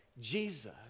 Jesus